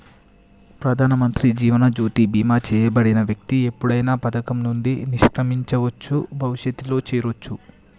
ప్రధానమంత్రి జీవన్ జ్యోతి బీమా చేయబడిన వ్యక్తి ఎప్పుడైనా పథకం నుండి నిష్క్రమించవచ్చు, భవిష్యత్తులో చేరొచ్చు